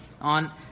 on